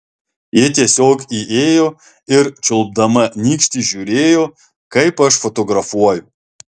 ji tiesiog įėjo ir čiulpdama nykštį žiūrėjo kaip aš fotografuoju